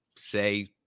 Say